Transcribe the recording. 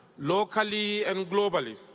locally and globally.